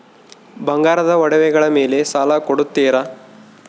ಬಂಗಾರದ ಒಡವೆಗಳ ಮೇಲೆ ಸಾಲ ಕೊಡುತ್ತೇರಾ?